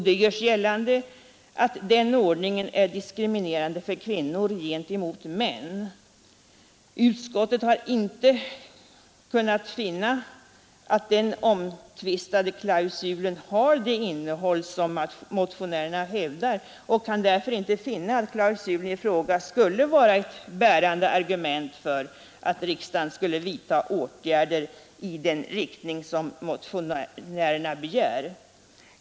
Det görs gällande att den ordningen är diskriminerande för kvinnor gentemot ” män. Utskottet har emellertid inte kunnat finna att den omtvistade klausulen har det innehåll som motionärerna hävdar och kan därför inte finna att klausulen i fråga skulle vara ett bärande argument för att riksdagen skulle vidta åtgärder i den riktning motionärerna begär.